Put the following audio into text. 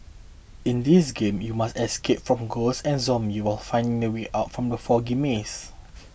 in this game you must escape from ghosts and zombies while finding the way out from the foggy maze